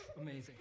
Amazing